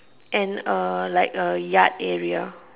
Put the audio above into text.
and a like a yard area